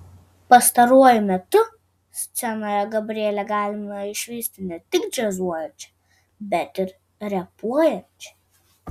pastaruoju metu scenoje gabrielę galima išvysti ne tik džiazuojančią bet ir repuojančią